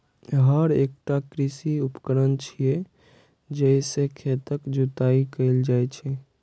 हर एकटा कृषि उपकरण छियै, जइ से खेतक जोताइ कैल जाइ छै